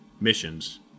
missions